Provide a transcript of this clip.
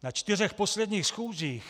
Na čtyřech posledních schůzích